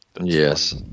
yes